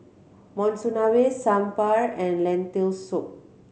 Monsunabe Sambar and Lentil Soup